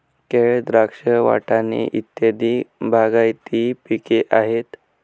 केळ, द्राक्ष, वाटाणे इत्यादी बागायती पिके आहेत